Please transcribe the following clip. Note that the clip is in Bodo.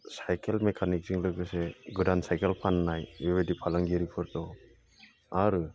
साइकेल मेकानिकजों लोगोसे गोदान साइकेल फाननाय बेबायदि फालांगिरिफोर दं आरो